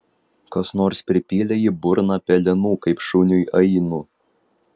kas nors pripylė į burną pelenų kaip šuniui ainu